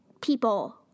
people